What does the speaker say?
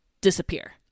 disappear